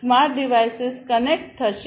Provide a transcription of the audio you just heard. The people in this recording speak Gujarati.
સ્માર્ટ ડિવાઇસીસ કનેક્ટ થશે